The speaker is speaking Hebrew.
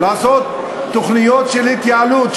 לעשות תוכניות של התייעלות,